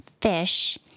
fish